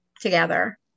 together